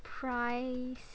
price